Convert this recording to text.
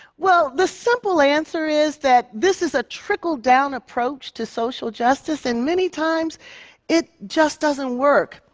well the simple answer is that this is a trickle-down approach to social justice, and many times it just doesn't work.